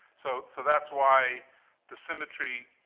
so so, that's why the symmetry,